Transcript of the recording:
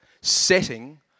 setting